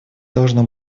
должно